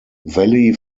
valley